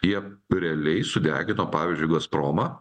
jie realiai sudegino pavyzdžiui gazpromą